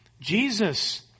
Jesus